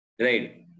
right